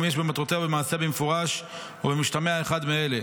אם יש במטרותיה או במעשיה במפורש או במשתמע אחד מאלה: